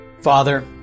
Father